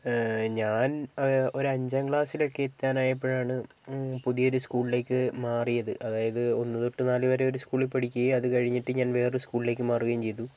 ഞാൻ ഒരു ഒരു അഞ്ചാം ക്ലാസ്സിൽ ഒക്കെ എത്താനായപ്പോഴാണ് പുതിയൊരു സ്കൂളിലേയ്ക്ക് മാറിയത് അതായത് ഒന്നു തൊട്ട് നാലുവരെ ഒരു സ്കൂളിൽ പഠിക്കുകയും അതു കഴിഞ്ഞിട്ട് ഞാൻ വേറൊരു സ്കൂളിലേയ്ക്ക് മാറുകയും ചെയ്തു